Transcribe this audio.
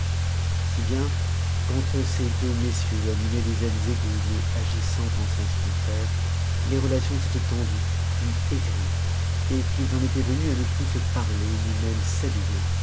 si bien qu'entre ces deux messieurs animés de zèles égaux mais agissant en sens contraires les relations s'étaient tendues puis aigries et qu'ils en étaient venus à ne plus se parler ni même saluer